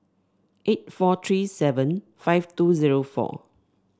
eight four three seven five two zero four